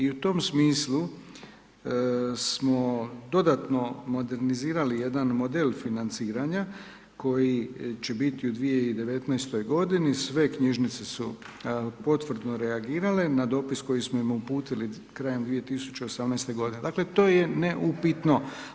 I u tom smislu smo dodatno modernizirali jedan model financiranja koji će biti u 2019. godini, sve knjižnice su potvrdno reagirale na dopis koji smo im uputili krajem 2018. godine, dakle to je neupitno.